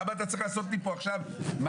למה אתה צריך לעשות לי פה עכשיו מנגנון,